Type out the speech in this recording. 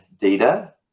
data